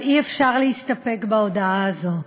אבל אי-אפשר להסתפק בהודעה הזו,